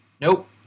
Nope